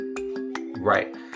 right